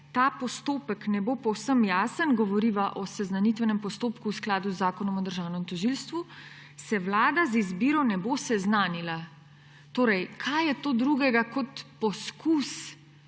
ta postopek ne bo povsem jasen« – govoriva o seznantivenem postopku v skladu z Zakonom o državnem tožilstvu – »se Vlada z izbiro ne bo seznanila«. Torej, kaj je to drugega kot poskus,